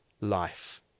life